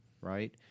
right